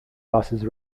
busses